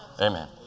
Amen